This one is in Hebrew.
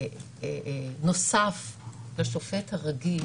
שיהיה נוסף על השופט הרגיל